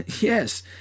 Yes